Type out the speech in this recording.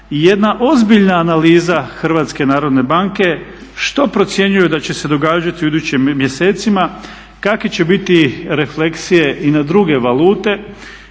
jedna ozbiljna analiza HNB-a što procjenjuju da će se događati u idućim mjesecima, kakve će biti refleksije i na druge valute